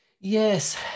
Yes